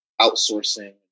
outsourcing